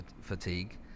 fatigue